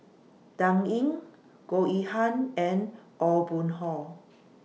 Dan Ying Goh Yihan and Aw Boon Haw